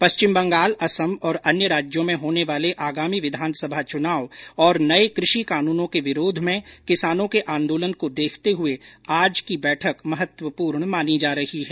पश्चिम बंगाल असम और अन्य राज्यों में होने वाले आगामी विधानसभा चुनाव और नए कृषि कानूनों के विरोध में किसानों के आंदोलन को देखते हुए आज की बैठक महत्वपूर्ण मानी जा रही है